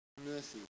mercy